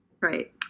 Right